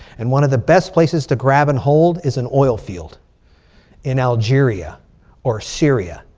and one of the best places to grab and hold is an oil field in algeria or syria.